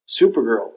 Supergirl